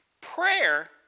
Prayer